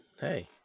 hey